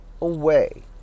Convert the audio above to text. away